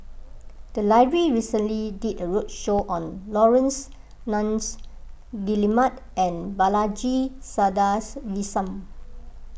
the library recently did a roadshow on Laurence Nunns Guillemard and Balaji